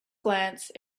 glance